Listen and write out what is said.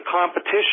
competition